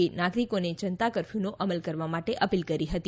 એ નાગરિકોને જનતા કરફ્યૂનો અમલ કરવા માટે અપીલ કરી હતી